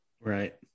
right